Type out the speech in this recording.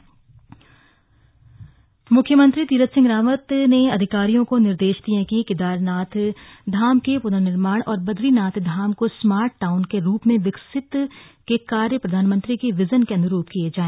समीक्षा बैठक मुख्यमंत्री तीरथ सिंह रावत ने अधिकारियों को निर्देश दिये कि केदारनाथ धाम के प्र्ननिर्माण और बदरीनाथ धाम को स्मार्ट टाउन के रूप में विकसित के कार्य प्रधानमंत्री के विजन के अन्रूप किये जाए